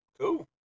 Cool